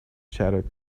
shattered